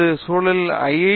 இந்த சூழலில் ஐ